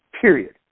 period